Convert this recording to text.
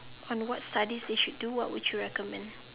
on what studies they should do what would you recommend